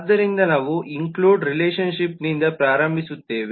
ಆದ್ದರಿಂದ ನಾವು ಇನ್ಕ್ಲ್ಯೂಡ್ ರಿಲೇಶನ್ಶಿಪ್ನಿಂದ ಪ್ರಾರಂಭಿಸುತ್ತೇವೆ